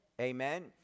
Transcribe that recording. Amen